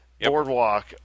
boardwalk